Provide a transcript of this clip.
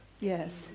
yes